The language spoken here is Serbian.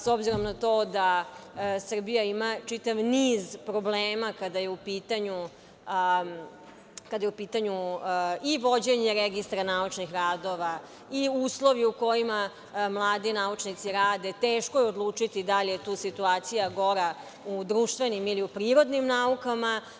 S obzirom na to da Srbija ima čitav niz problema kada je u pitanju i vođenje registra naučnih radova i uslovi u kojima mladi naučnici rade, teško je odlučiti da li je tu situacija gora u društvenim ili u prirodnim naukama.